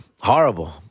Horrible